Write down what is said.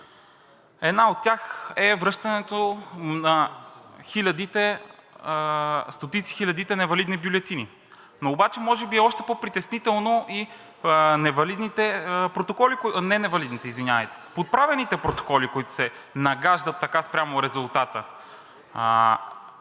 Една от тях е връщането на стотиците хиляди невалидни бюлетини. Но може би са още по-притеснителни и подправените протоколи, които се нагаждат така спрямо резултата.